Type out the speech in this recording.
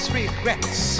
regrets